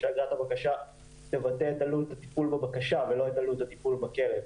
ושאגרת הבקשה תבטא את עלות הטיפול בבקשה ולא את עלות הטיפול בקרן,